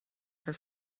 her